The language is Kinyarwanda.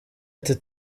ati